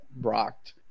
rocked